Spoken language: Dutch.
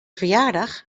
verjaardag